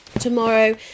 tomorrow